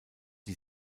die